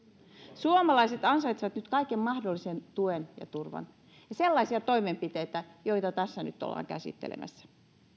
suomalaiset ansaitsevat nyt kaiken mahdollisen tuen ja turvan ja sellaisia toimenpiteitä joita tässä nyt ollaan käsittelemässä